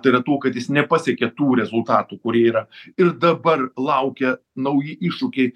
tai yra tuo kad jis nepasiekė tų rezultatų kurie yra ir dabar laukia nauji iššūkiai